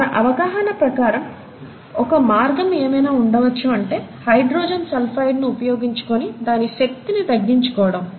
మన అవగాహన ప్రకారం ఒక మార్గం ఏమై ఉండొచ్చు అంటే హైడ్రోజన్ సల్ఫైడ్ ని ఉపోయోగించుకుని దాని శక్తిని తగ్గించుకోవడం